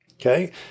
Okay